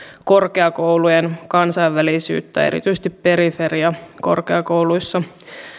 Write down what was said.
korkeakoulujen kansainvälisyyttä erityisesti periferiakorkeakouluissa